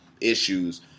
issues